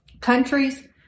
countries